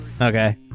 Okay